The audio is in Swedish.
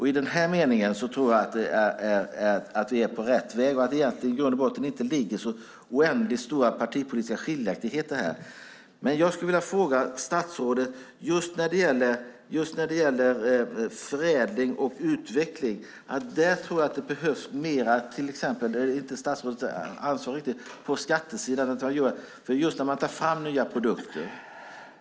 I den här meningen tror jag att vi är på rätt väg och att det egentligen i grund och botten inte finns så oändligt stora partipolitiska skiljaktigheter. När det gäller förädling och utveckling har jag en fråga till statsrådet. Där tror jag att det behövs mer till exempel på skattesidan, och där är inte ansvaret statsrådets riktigt, just när man tar fram nya produkter.